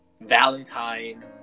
Valentine